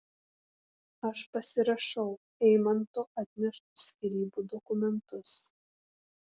aš pasirašau eimanto atneštus skyrybų dokumentus